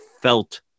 felt